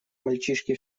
мальчишки